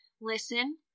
listen